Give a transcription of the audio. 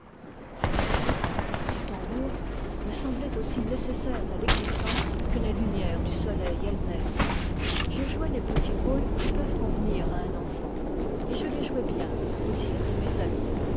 cette flûte ce tambour me semblaient aussi nécessaires à l'existence que la lumière du soleil elle-même je jouais les petits rôles qui peuvent convenir à un enfant et je les jouais bien au dire de mes amis